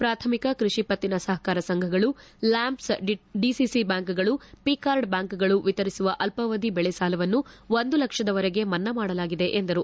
ಪ್ರಾಥಮಿಕ ಕೃಷಿಪತ್ತಿನ ಸಹಕಾರ ಸಂಘಗಳು ಲ್ಯಾಂಪ್ಸ್ ಡಿಸಿಸಿ ಬ್ಲಾಂಕುಗಳು ಪಿಕಾರ್ಡ್ ಬ್ಲಾಂಕುಗಳು ವಿತರಿಸಿರುವ ಅಲ್ವಾವಧಿ ಬೆಳೆ ಸಾಲವನ್ನು ಒಂದು ಲಕ್ಷದವರೆಗೆ ಮನ್ನಾ ಮಾಡಲಾಗಿದೆ ಎಂದರು